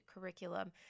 curriculum